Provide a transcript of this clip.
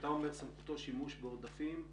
כשאתה אומר "סמכותו שימוש בעודפים",